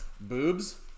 boobs